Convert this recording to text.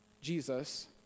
Jesus